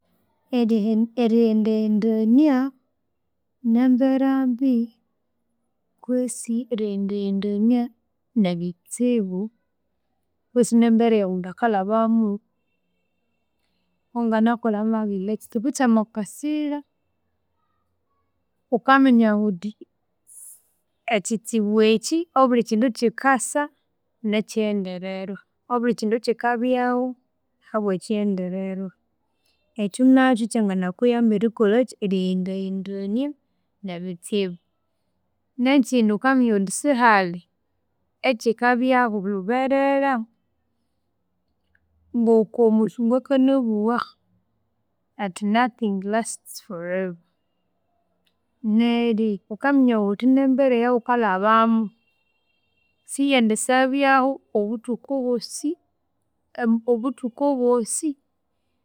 Erihe erighenda ghendania namberambi, kwisi eriyenda yendania nebitsibu, kutsi nembera eyamundu akalhabamo, wanganakolha mwabindi, nekitsibu kyamakwasira wukaminya wuthe, ekyitsibu ekyi obulhikindu kyikasa nekyiyendererwa, obulhikindu kyikabyahu habwakyiyendererwa ekyo nakyo kyanganakuyamba erikolheki eriyenda yendania nebutsibu. Nekyindi wukaminya wuthi sihalhi ekyikabyahu lhuberera ngokomusungu akanabuwa athi nothing lasts forever, neryo wukaminya wuthi nembera eyawukalhabamu, siyendi syabyahu obuthuku bosi obuthuku bosi